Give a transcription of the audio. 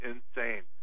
Insane